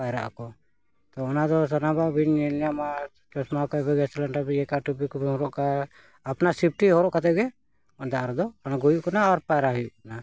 ᱯᱟᱭᱨᱟᱜ ᱟᱠᱚ ᱛᱚ ᱚᱱᱟᱫᱚ ᱥᱟᱱᱟᱢᱟᱜ ᱵᱤᱱ ᱧᱮᱞ ᱧᱟᱢᱟ ᱪᱚᱥᱢᱟ ᱠᱚ ᱮᱵᱚᱝ ᱜᱮᱥ ᱥᱤᱞᱤᱱᱰᱟᱨ ᱵᱤᱱᱠᱟ ᱴᱩᱵᱤ ᱠᱚᱵᱮᱱ ᱦᱚᱨᱚᱜ ᱠᱟᱜᱼᱟ ᱟᱯᱱᱟᱨ ᱥᱮᱯᱷᱴᱤ ᱦᱚᱨᱚᱜ ᱠᱟᱛᱮᱜᱮ ᱚᱸᱰᱮ ᱟᱨᱫᱚ ᱚᱱᱟᱜᱮ ᱦᱩᱭᱩᱜ ᱠᱟᱱᱟ ᱟᱨ ᱯᱟᱭᱨᱟ ᱦᱩᱭᱩᱜ ᱠᱟᱱᱟ